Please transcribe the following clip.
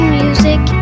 music